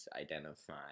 identify